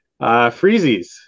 Freezies